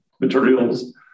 materials